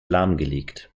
lahmgelegt